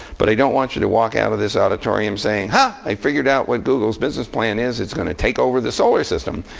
but i don't want you to walk out of this auditorium saying, hah, i've figured out what google's business plan is. it's going to take over the solar system.